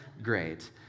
great